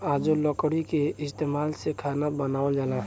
आजो लकड़ी के इस्तमाल से खाना बनावल जाला